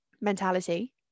mentality